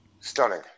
Stunning